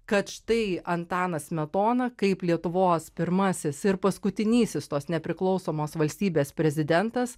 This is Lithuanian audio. kad štai antanas smetona kaip lietuvos pirmąsias ir paskutinysis tos nepriklausomos valstybės prezidentas